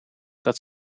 dat